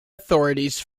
authorities